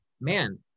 man